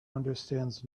understands